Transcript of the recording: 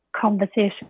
conversation